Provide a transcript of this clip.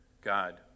God